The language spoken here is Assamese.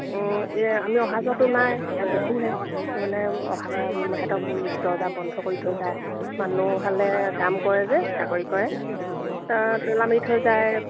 এই আমি অহা যোৱাতো নাই দেখোহে তাৰমানে অহা সিহঁতক দৰ্জা বন্ধ কৰি থৈ যায় মানুহহালে কাম কৰে যে চাকৰি কৰে তলা মাৰি থৈ যায়